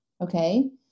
okay